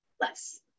less